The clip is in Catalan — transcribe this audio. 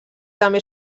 també